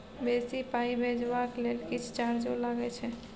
बेसी पाई भेजबाक लेल किछ चार्जो लागे छै?